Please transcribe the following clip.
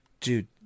dude